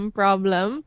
problem